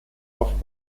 auf